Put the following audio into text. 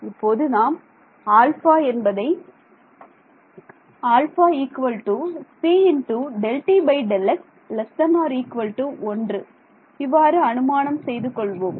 இப்போது நாம் ஆல்ஃபா என்பதை இவ்வாறு அனுமானம் செய்து கொள்வோம்